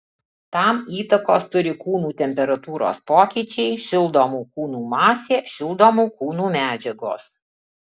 tam įtakos turi kūnų temperatūros pokyčiai šildomų kūnų masė šildomų kūnų medžiagos